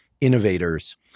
innovators